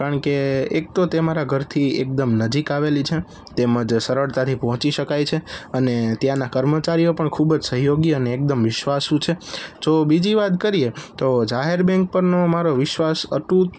કારણકે એક તો તે અમારા ઘરથી એકદમ નજીક આવેલી છે તેમજ સરળતાથી પહોંચી શકાય છે અને ત્યાંના કર્મચારીઓ પણ ખૂબ જ સહયોગી અને એકદમ વિશ્વાસુ છે જો બીજી વાત કરીએ તો જાહેર બૅન્ક પરનો મારો વિશ્વાસ અતૂટ